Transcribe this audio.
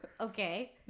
Okay